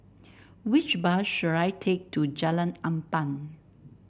which bus should I take to Jalan Ampang